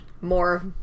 more